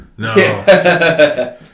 No